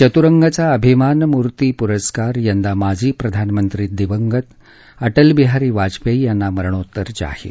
चतुरंग चा अभिमानमूर्ती पुरस्कार यंदा माजी प्रधानमंत्री दिवंगत अटलबिहारी वाजपेयी यांना मरणोत्तर जाहीर